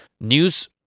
News